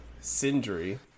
Sindri